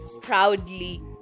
proudly